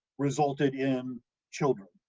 resulted in children.